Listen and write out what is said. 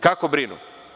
Kako brinu?